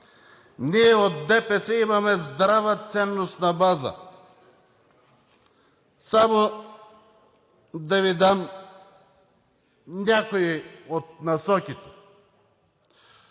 Ние от ДПС имаме здрава ценностна база. Само да Ви дам някои от насоките.